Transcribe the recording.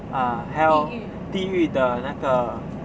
uh hell 地狱的那个